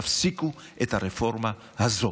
תפסיקו את הרפורמה הזאת.